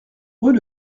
rue